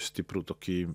stiprų tokį